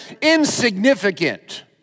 insignificant